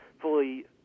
fully